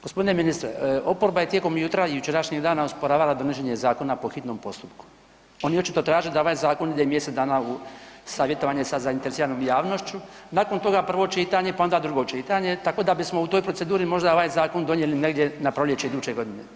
G. ministra, oporba je tijekom jutra i jučerašnjeg dana osporavala donošenje zakona po hitnom postupku, oni očito traže da ovaj zakon ide mjesec dana u savjetovanje sa zainteresiranom javnošću, nakon toga prvo čitanje, pa onda drugo čitanje, tako da bismo u toj proceduri možda ovaj zakon donijeli negdje na proljeće iduće godine.